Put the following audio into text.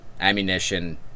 ammunition